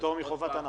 -- פטור מחובת הנחה.